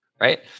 right